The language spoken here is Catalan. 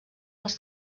les